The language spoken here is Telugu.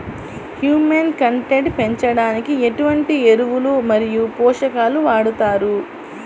హ్యూమస్ కంటెంట్ పెంచడానికి ఎటువంటి ఎరువులు మరియు పోషకాలను వాడతారు?